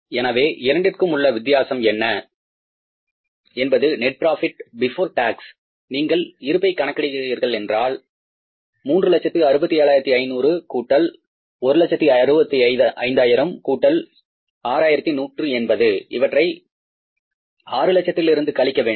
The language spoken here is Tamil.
எனவே இரண்டிற்கும் உள்ள வித்தியாசம் என்பது நெட் ப்ராபிட் பிபோர் டேக்ஸ் நீங்கள் இருப்பை கணக்கிடுகிறீர்களென்றால் 367500 கூட்டல் 165000 கூட்டல் 6180 இவற்றை 600000 இல் இருந்து கழிக்க வேண்டும்